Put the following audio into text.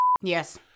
Yes